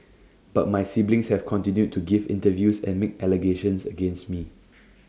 but my siblings have continued to give interviews and make allegations against me